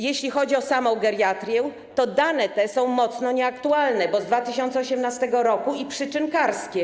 Jeśli chodzi o samą geriatrię, to dane te są mocno nieaktualne, bo z 2018 r., i przyczynkarskie.